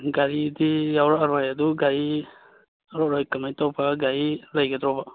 ꯒꯥꯔꯤꯗꯤ ꯌꯥꯎꯔꯛꯂꯔꯣꯏ ꯑꯗꯨ ꯒꯥꯔꯤ ꯌꯥꯎꯔꯔꯣꯏ ꯀꯃꯥꯏꯅ ꯇꯧꯕ ꯒꯥꯔꯤ ꯂꯩꯒꯗ꯭ꯔꯣꯕ